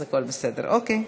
אז הכול בסדר, אוקיי.